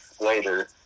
later